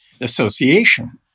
association